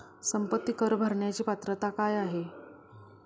संपत्ती कर भरण्याची पात्रता काय आहे?